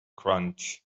crunch